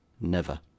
Never